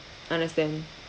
understand